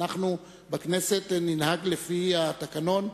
אנחנו בכנסת ננהג לפי התקנון.